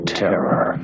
terror